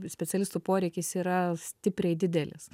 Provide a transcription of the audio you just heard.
specialistų poreikis yra stipriai didelis